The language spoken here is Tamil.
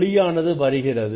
ஒளியானது வருகிறது